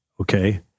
okay